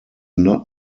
not